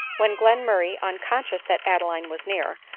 when glenmurray, unconscious that adeline was near,